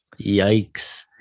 Yikes